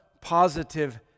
positive